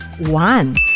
One